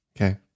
Okay